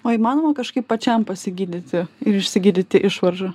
o įmanoma kažkaip pačiam pasigydyti ir išsigydyti išvaržą